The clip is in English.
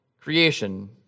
creation